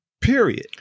Period